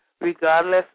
regardless